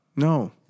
No